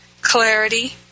clarity